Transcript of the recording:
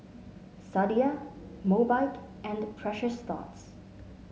Sadia Mobike and Precious Thots